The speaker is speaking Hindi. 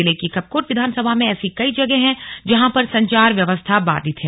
जिले की कपकोट विधानसभा में ऐसी कई जगह हैं जहां पर संचार व्यवस्था बाधित हैं